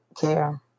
care